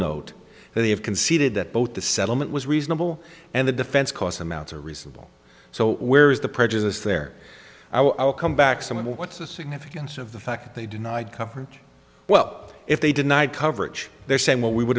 note that they have conceded that both the settlement was reasonable and the defense costs amounts are reasonable so where is the prejudice there i'll come back some of the what's the significance of the fact that they denied coverage well if they denied coverage they're saying well we would